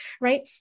right